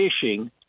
fishing